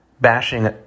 bashing